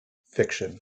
fiction